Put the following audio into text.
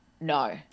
no